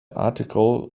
article